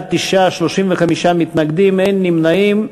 אין נמנעים.